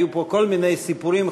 היו פה כל מיני סיפורים,